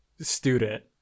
student